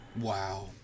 Wow